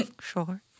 Sure